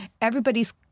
Everybody's